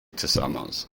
tillsammans